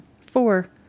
Four